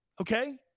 okay